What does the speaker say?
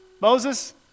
Moses